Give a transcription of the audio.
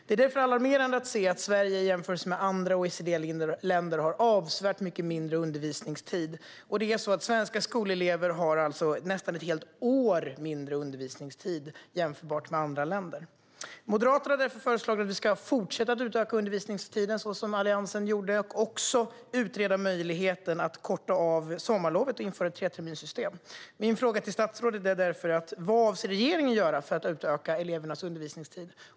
Det är därför alarmerande att se att Sverige i jämförelse med andra OECD-länder har avsevärt mycket mindre undervisningstid. Svenska skolelever har alltså nästan ett helt år mindre undervisningstid jämfört med andra länder. Moderaterna har därför föreslagit att vi ska fortsätta att utöka undervisningstiden så som Alliansen gjorde och även utreda möjligheten att korta av sommarlovet och införa ett treterminssystem. Mina frågor till statsrådet är därför: Vad avser regeringen att göra för att utöka elevernas undervisningstid?